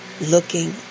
looking